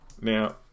Now